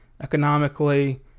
economically